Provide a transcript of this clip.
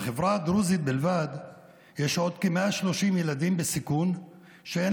בחברה הדרוזית בלבד יש עוד כ-130 ילדים בסיכון שאין